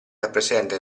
rappresenta